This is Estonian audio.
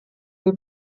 kui